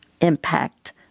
impact